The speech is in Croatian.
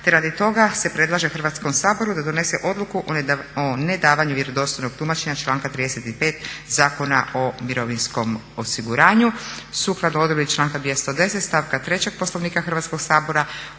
te radi toga se predlaže Hrvatskom saboru da donese odluku o nedavanju vjerodostojnog tumačenja članka 35. Zakona o mirovinskom osiguranju. Sukladno odredbi članka 210. stavka 3. Poslovnika Hrvatskog sabora